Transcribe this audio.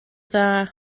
dda